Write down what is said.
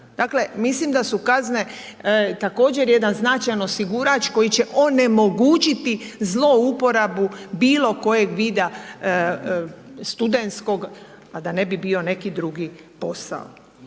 dakle mislim da su kazne također jedan značajan osigurač koji će onemogućiti zlouporabu bilo kojeg vida studentskog, a da ne bi bio neki drugi posao.